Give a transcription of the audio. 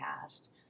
past